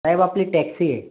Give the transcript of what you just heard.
साहेब आपली टॅक्सी आहे